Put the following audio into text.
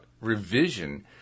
revision